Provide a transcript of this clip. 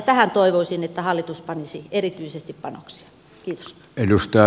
tähän toivoisin että hallitus panisi erityisesti panoksia